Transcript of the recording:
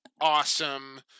awesome